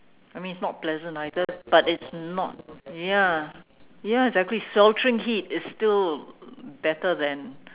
I mean it's not pleasant either but it's not ya ya exactly sweltering heat is still better than